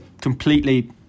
completely